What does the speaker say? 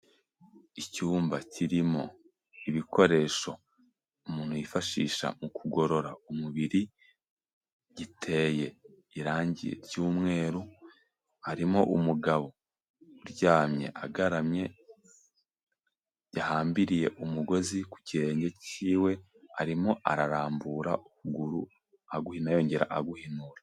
Icyumba kirimo ibikoresho umuntu yifashisha mu kugorora umubiri, giteye irangi ry'umweru, harimo umugabo uryamye agaramye yahambiriye umugozi ku kirenge cyiwe, arimo ararambura ukuguru aguhina yongera aguhinura.